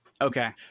Okay